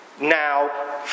now